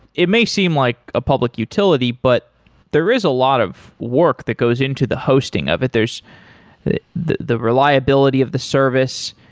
it may seem like a public utility, but there is a lot of work that goes into the hosting of it. there's the the reliability of the service.